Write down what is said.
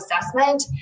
assessment